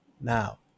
now